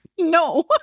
No